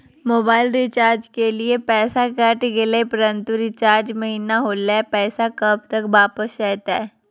Mobile recharge के लिए पैसा कट गेलैय परंतु रिचार्ज महिना होलैय, पैसा कब तक वापस आयते?